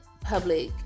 public